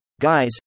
guys